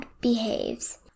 behaves